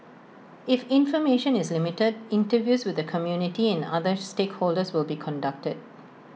if information is limited interviews with the community and other stakeholders will be conducted